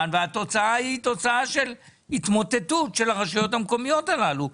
והתוצאה היא תוצאה של התמוטטות של הרשויות המקומיות הללו.